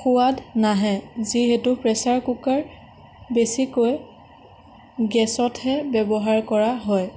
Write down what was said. সোৱাদ নাহে যিহেতু প্ৰেছাৰ কুকাৰ বেছিকৈ গেছতহে ব্যৱহাৰ কৰা হয়